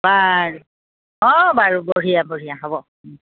বাৰু অঁ বাৰু বঢ়িয়া বঢ়িয়া হ'ব